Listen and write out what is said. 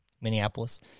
Minneapolis